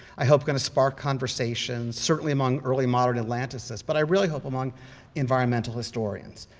i hope, going to spark conversations certainly among early modern atlanticists, but i really hope among environmental historians,